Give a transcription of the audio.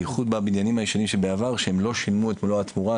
בייחוד בבניינים הישנים שהם לא שילמו את מלוא התמורה,